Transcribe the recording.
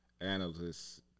analysts